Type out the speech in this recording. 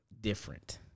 different